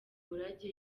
umurage